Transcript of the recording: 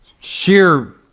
sheer